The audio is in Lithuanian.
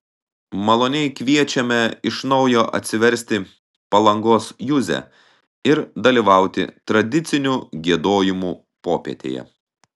maloniai kviečiame iš naujo atsiversti palangos juzę ir dalyvauti tradicinių giedojimų popietėje